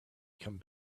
come